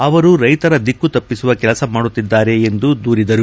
ಅವರು ರೈತರ ದಿಕ್ಕು ತಪ್ಪಿಸುವ ಕೆಲಸ ಮಾಡುತ್ತಿದ್ದಾರೆಂದು ದೂರಿದ್ದಾರೆ